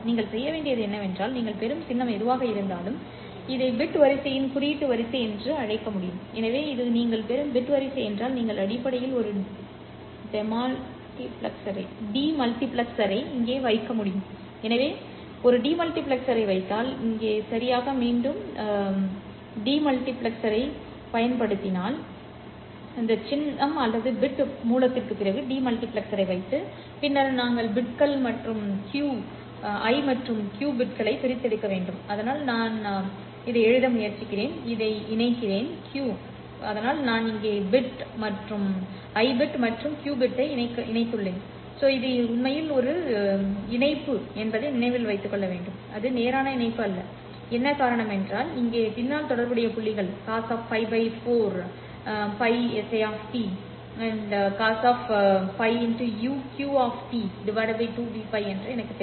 நீங்கள் செய்ய வேண்டியது என்னவென்றால் நீங்கள் பெறும் சின்னம் எதுவாக இருந்தாலும் இதை பிட் வரிசையின் குறியீட்டு வரிசை என்று அழைக்கவும் எனவே இது நீங்கள் பெறும் பிட் வரிசை என்றால் நீங்கள் அடிப்படையில் ஒரு டெமால்டிபிளெக்சரை இங்கே வைக்கவும் சரி எனவே ஒரு டெமால்டிபிளெக்சரை வைக்கவும் நான் இங்கே சரியாக மீண்டும் எழுத அனுமதிக்கிறேன் எனவே நான் ஒரு டெமால்டிபிளெக்சரை இங்கே சரியாக மீண்டும் எழுத அனுமதிக்கிறேன் எனவே சின்னம் அல்லது பிட் மூலத்திற்குப் பிறகு டெமால்டிபிளெக்சரை வைத்து பின்னர் நான் பிட்கள் மற்றும் க்யூ பிட்களைப் பிரித்தெடுக்கிறேன் அதனால் நான் அதை எழுத முயற்சிக்கிறேன் நான் இதை இணைக்கிறேன் q சரி அதனால் நான் இங்கே பிட் மற்றும் கியூ பிட் இணைக்கப்பட்டுள்ளேன் எனவே இது உண்மையில் ஒரு ஜம்ப் இணைப்பு என்பதை நினைவில் கொள்க அது நேரான இணைப்பு அல்ல எனவே என்ன காரணம் இங்கே பின்னால் தொடர்புடைய புள்ளிகள் cos π ui 2Vπ மற்றும் cos π uq 2Vπ என்று எனக்குத் தெரியும்